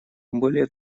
более